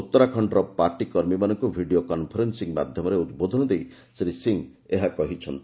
ଉତ୍ତରାଖଣ୍ଡର ପାର୍ଟି କର୍ମୀମାନଙ୍କୁ video conferencing ମାଧ୍ୟମରେ ଉଦ୍ବୋଧନ ଦେଇ ଶ୍ରୀ ସିଂହ ଏହା କହିଛନ୍ତି